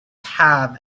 have